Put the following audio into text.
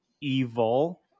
evil